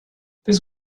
this